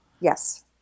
Yes